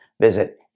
visit